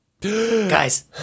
Guys